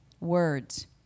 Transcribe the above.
words